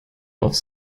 auf